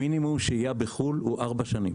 המינימום שהייה בחו"ל הוא ארבע שנים.